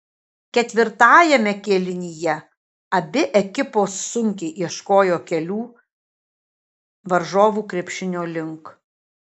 ketvirtajame kėlinyje abi ekipos sunkiai ieškojo kelių varžovų krepšinio link